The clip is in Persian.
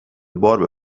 بار